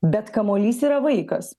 bet kamuolys yra vaikas